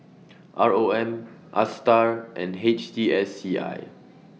R O M A STAR and H T S C I